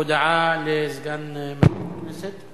הודעה לסגן מזכירת הכנסת.